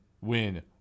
win